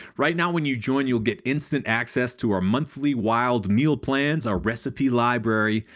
right now when you join you'll get instant access to our monthly wild meal plans, our recipe library,